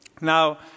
Now